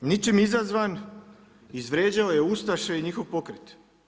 Ničim izazvan, izvrijeđao je ustaše i njihov pokret.